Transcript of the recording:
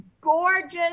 gorgeous